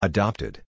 Adopted